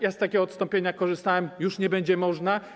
Ja z takiego odstąpienia korzystałem, już nie będzie można.